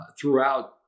throughout